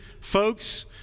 folks